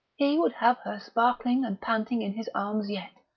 he would have her sparkling and panting in his arms yet.